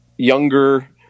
Younger